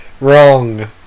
Wrong